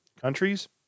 countries